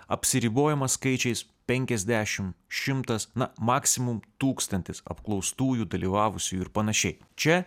apsiribojama skaičiais penkiasdešim šimtas na maksimum tūkstantis apklaustųjų dalyvavusiųjų ir panašiai čia